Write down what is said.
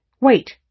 Wait